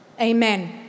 Amen